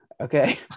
okay